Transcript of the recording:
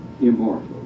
immortal